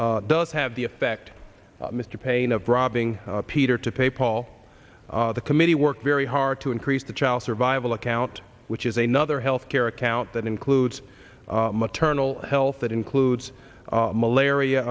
offset does have the effect mr paine of robbing peter to pay paul the committee worked very hard to increase the child survival account which is a nother health care account that includes maternal health that includes malaria